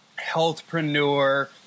healthpreneur